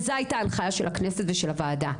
וזו הייתה ההנחייה של הכנסת ושל הוועדה.